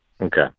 Okay